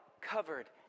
covered